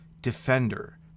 defender